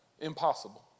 Impossible